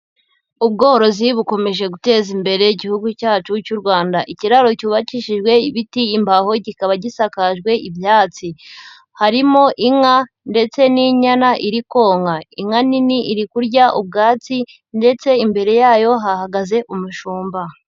Ubworozi bukomeje guteza imbere Igihugu cyacu cy'u Rwanda, ikiraro cyubakishijwe ibiti, imbaho, kikaba gisakajwe ibyatsi, harimo inka ndetse n'inyana iri konka, inka nini iri kurya ubwatsi ndetse imbere yayo hahagaze umushumba.